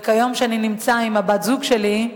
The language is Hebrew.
וכיום, כשאני נמצא עם בת-הזוג שלי,